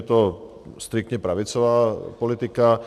Je to striktně pravicová politika.